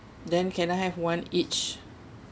then can I have one each